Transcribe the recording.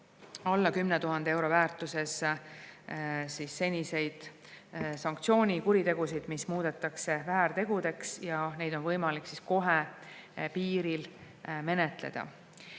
alla 10 000 euro väärtuses seniseid sanktsioonikuritegusid, mis muudetakse väärtegudeks, ja neid on võimalik kohe piiril menetleda.